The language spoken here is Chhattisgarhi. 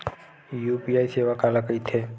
यू.पी.आई सेवा काला कइथे?